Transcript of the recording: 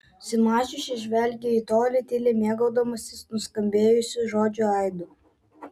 susimąsčiusi žvelgė į tolį tyliai mėgaudamasi nuskambėjusių žodžių aidu